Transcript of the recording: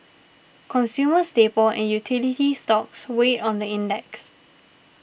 consumer staple and utility stocks weighed on the index